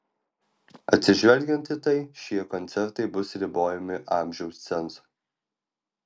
atsižvelgiant į tai šie koncertai bus ribojami amžiaus cenzu